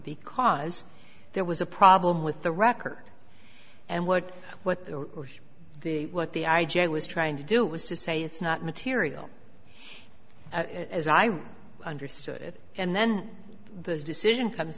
because there was a problem with the record and what what the what the i j a was trying to do was to say it's not material as i understood it and then the decision comes